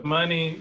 Money